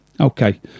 okay